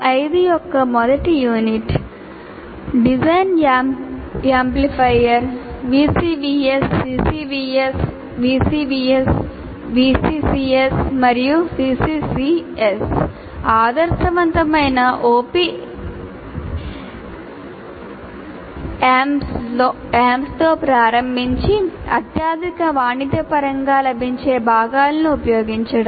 CO5 యొక్క మొదటి unit design యాంప్లిఫైయర్లు ఆదర్శవంతమైన OP Amps తో ప్రారంభించి అత్యాధునిక వాణిజ్యపరంగా లభించే భాగాలను ఉపయోగించడం